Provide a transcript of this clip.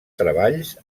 treballs